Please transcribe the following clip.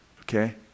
okay